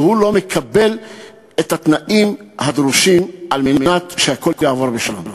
והוא לא מקבל את התנאים הדרושים כדי שהכול יעבור בשלום.